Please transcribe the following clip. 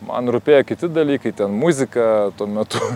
man rūpėjo kiti dalykai ten muzika tuo metu